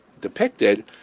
depicted